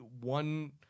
one